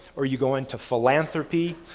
or you go into philanthropy,